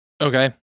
Okay